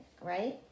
right